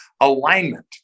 Alignment